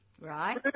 Right